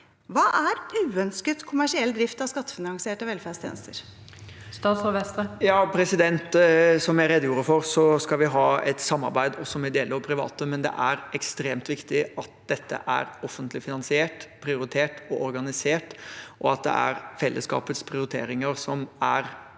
Hva er «uønsket kommersiell drift av skattefinansierte velferdstjenester»? Statsråd Jan Christian Vestre Som jeg redegjorde for, skal vi ha et samarbeid også med de ideelle og private aktørene, men det er ekstremt viktig at dette er offentlig finansiert, prioritert og organisert, og at det er fellesskapets prioriteringer som er